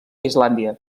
islàndia